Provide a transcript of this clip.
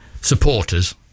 supporters